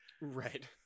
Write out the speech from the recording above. Right